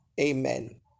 amen